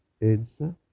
answer